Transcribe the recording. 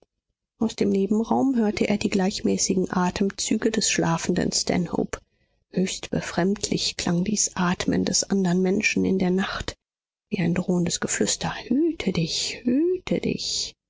aus dem nebenraum hörte er die gleichmäßigen atemzüge des schlafenden stanhope höchst befremdlich klang dies atmen des andern menschen in der nacht wie ein drohendes geflüster hüte dich hüte dich